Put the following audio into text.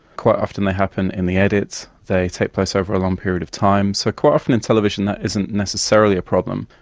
quite often they happen in the edits, they take place over a long period of time. so quite often in television that isn't necessarily a problem.